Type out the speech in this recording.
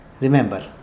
Remember